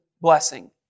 blessing